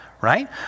right